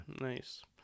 Nice